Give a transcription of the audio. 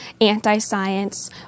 anti-science